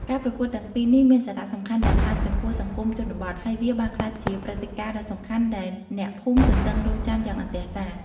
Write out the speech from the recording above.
ការប្រកួតទាំងពីរនេះមានសារៈសំខាន់យ៉ាងខ្លាំងចំពោះសង្គមជនបទ ហើយវាបានក្លាយជាព្រឹត្តិការណ៍ដ៏សំខាន់ដែលអ្នកភូមិទន្ទឹងរង់ចាំយ៉ាងអន្ទះសា។